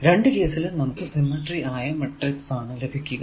രണ്ടു കേസിലും നമുക്ക് സിമെട്രി ആയ മാട്രിക്സ് ആണ് ലഭിക്കുക